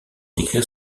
décrire